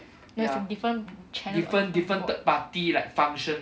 there's a different channel